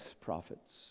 prophets